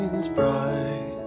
bright